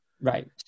Right